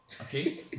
okay